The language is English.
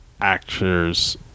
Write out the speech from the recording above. actors